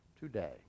today